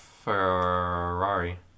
Ferrari